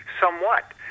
somewhat